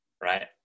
Right